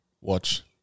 watch